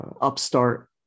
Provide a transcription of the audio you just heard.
upstart